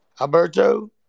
Alberto